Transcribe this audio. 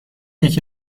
یکی